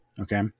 Okay